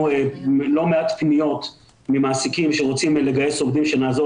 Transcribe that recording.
לא מעט פניות ממעסיקים שרוצים לגייס עובדים שנעזור